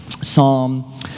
Psalm